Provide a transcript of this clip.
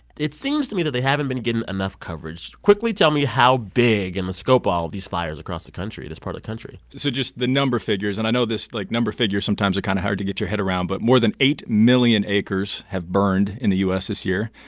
it seems to me that they haven't been getting enough coverage. quickly, tell me how big and the scope ah of these fires across the country this part of country so just the number figures, and i know this, like, number figures sometimes are kind of hard to get your head around. but more than eight million acres have burned in the u s. this year.